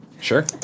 Sure